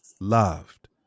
Loved